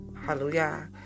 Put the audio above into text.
Hallelujah